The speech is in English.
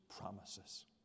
promises